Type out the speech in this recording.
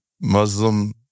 Muslim